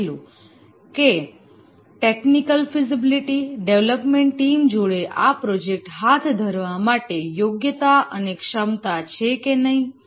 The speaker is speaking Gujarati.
પહેલું કે ટેકનિકલ ફિઝિબિલિટી ડેવલપમેન્ટ ટીમ જોડે આ પ્રોજેક્ટ હાથ ધરવા માટે યોગ્યતા અને ક્ષમતા છે કે નહીં